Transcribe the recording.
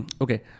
okay